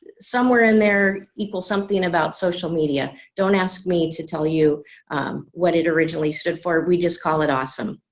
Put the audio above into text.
somewhere in there equal something about social media don't ask me to tell you what it originally stood for we just call it awesome.